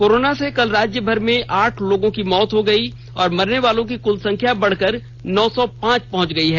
corona से कल राज्यभर में आठ लोगों की मौत हो गई और मरनेवालों की कुल संख्या बढ़कर नौ सौ पांच पहुंच गई है